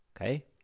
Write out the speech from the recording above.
okay